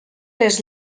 les